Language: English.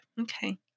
Okay